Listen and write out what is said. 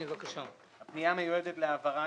הפנייה נועדה להעברת